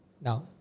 now